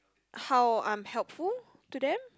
how I am helpful to them